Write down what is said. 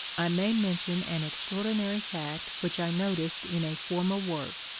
i may mention an extraordinary fact which i noticed in a former work,